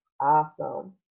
Awesome